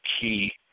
key